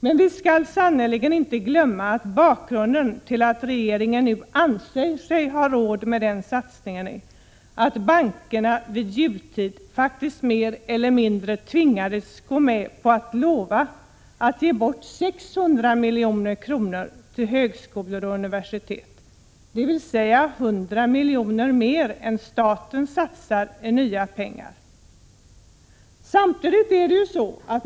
Men vi skall sannerligen inte glömma att bakgrunden till att regeringen nu anser sig ha råd med den satsningen är att bankerna vid jultid faktiskt mer eller mindre tvingades gå med på att lova att ge bort 600 milj.kr. till högskolor och universitet, dvs. 100 miljoner mer än staten satsar i nya pengar.